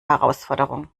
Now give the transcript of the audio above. herausforderung